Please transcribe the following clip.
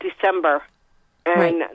December—and